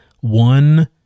one